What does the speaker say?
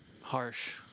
harsh